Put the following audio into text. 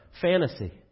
fantasy